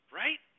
right